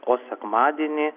o sekmadienį